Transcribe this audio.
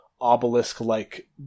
obelisk-like